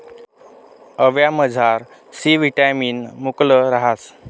आवयामझार C vitamin मुकलं रहास